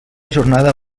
jornada